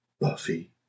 Buffy